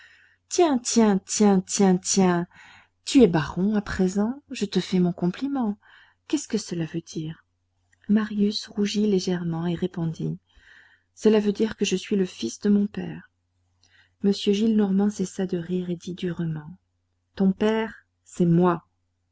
tiens tiens tiens tiens tiens tu es baron à présent je te fais mon compliment qu'est-ce que cela veut dire marius rougit légèrement et répondit cela veut dire que je suis le fils de mon père m gillenormand cessa de rire et dit durement ton père c'est moi